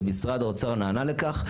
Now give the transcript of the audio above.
משרד האוצר נענה לכך.